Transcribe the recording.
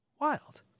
wild